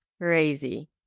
crazy